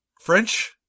French